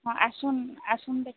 ହଁ ଆସନ୍ ଆସନ୍ ଦେଖ